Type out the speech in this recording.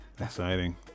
Exciting